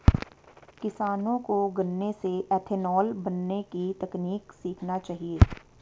किसानों को गन्ने से इथेनॉल बनने की तकनीक सीखना चाहिए